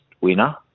winner